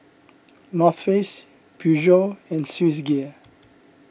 North Face Peugeot and Swissgear